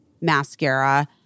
mascara